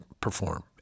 perform